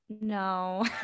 No